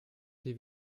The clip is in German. die